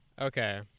Okay